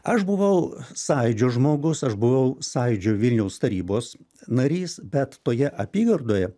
aš buvau sąjūdžio žmogus aš buvau sąjūdžio vilniaus tarybos narys bet toje apygardoje